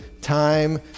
time